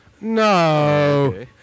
No